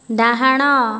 ଡ଼ାହାଣ